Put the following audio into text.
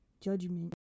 judgment